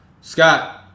Scott